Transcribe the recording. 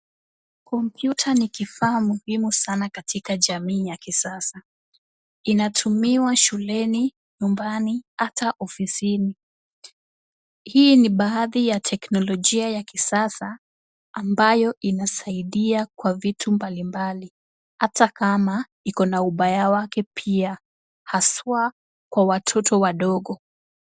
Kompyuta ni kifaa muhimu sana katika jamii ya kisasa, inatumiwa shuleni, nyumbani hata ofisini, hii ni baadhi ya teknolojia ya kisasa ambayo inasaidia kwa vitu mbalimbali, hata kama iko na ubaya wake pia, haswa kwa watoto wadogo.